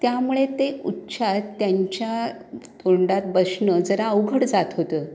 त्यामुळे ते उच्चार त्यांच्या थोंडात बसणं जरा अवघड जात होतं